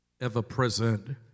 ever-present